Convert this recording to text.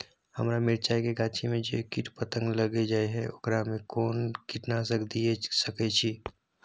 हमरा मिर्चाय के गाछी में जे कीट पतंग लैग जाय है ओकरा में कोन कीटनासक दिय सकै छी?